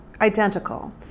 Identical